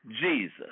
Jesus